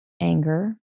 anger